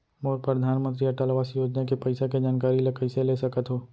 मोर परधानमंतरी अटल आवास योजना के पइसा के जानकारी ल कइसे ले सकत हो?